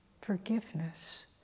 Forgiveness